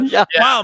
Wow